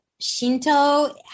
Shinto